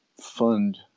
fund